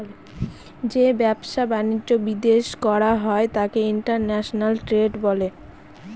যে ব্যবসা বাণিজ্য বিদেশ করা হয় তাকে ইন্টারন্যাশনাল ট্রেড বলে